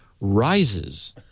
rises